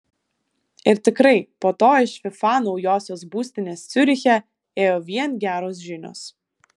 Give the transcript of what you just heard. ir tikrai po to iš fifa naujosios būstinės ciuriche ėjo vien geros žinios